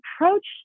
approach